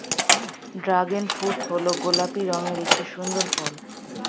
dragon fruit হল গোলাপি রঙের একটি সুন্দর ফল